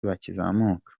bakizamuka